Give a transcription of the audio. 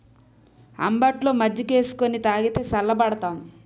అంబట్లో మజ్జికేసుకొని తాగితే సల్లబడతాం